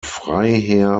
freiherr